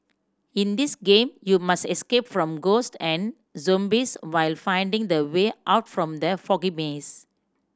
in this game you must escape from ghost and zombies while finding the way out from the foggy maze